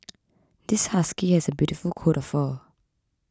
this husky has a beautiful coat of fur